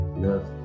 Love